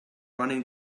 running